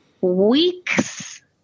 Weeks